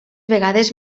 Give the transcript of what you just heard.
vegades